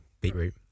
beetroot